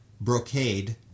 brocade